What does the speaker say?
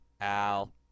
Al